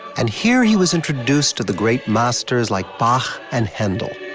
and here he was introduced to the great masters like bach and handel.